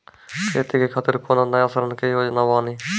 खेती के खातिर कोनो नया ऋण के योजना बानी?